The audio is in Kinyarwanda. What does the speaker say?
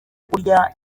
kurya